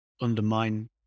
undermine